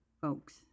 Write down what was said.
folks